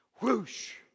Whoosh